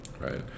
right